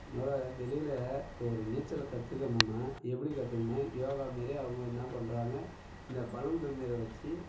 முத வெளியில ஒரு நீச்சல் கத்துக்கணுன்னால் எப்படி கத்துக்கணுன்னால் யோகா மாரி அவங்க என்ன பண்ணுறாங்க இந்த பலூனு மேலே வச்சு